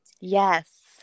Yes